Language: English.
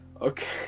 Okay